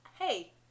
hey